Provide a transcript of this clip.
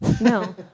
No